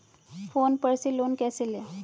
Phone पर से loan कैसे लें?